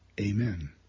Amen